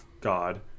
God